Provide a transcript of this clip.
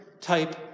type